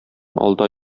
алда